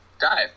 dive